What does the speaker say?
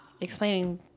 explaining